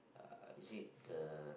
uh is it the